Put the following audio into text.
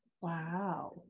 Wow